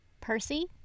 Percy